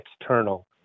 external